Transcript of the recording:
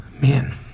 Man